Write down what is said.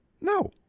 No